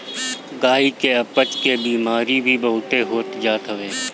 गाई के अपच के बेमारी भी बहुते हो जात हवे